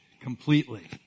completely